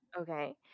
Okay